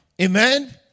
Amen